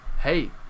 hey